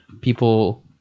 people